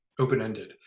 open-ended